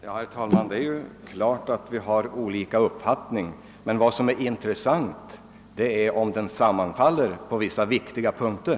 Herr talman! Det är klart att vi har olika uppfattningar. Det intressanta är om våra uppfattningar sammanfaller eller skiljer sig på viktiga punkter.